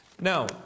Now